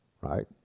Right